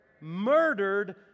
Murdered